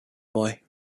boy